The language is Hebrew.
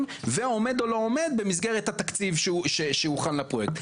ועומד או לא עומד במסגרת התקציב שהוכן לפרויקט.